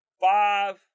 five